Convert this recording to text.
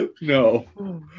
No